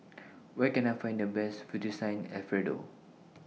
Where Can I Find The Best Fettuccine Alfredo